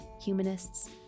humanists